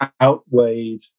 outweighed